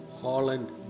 Holland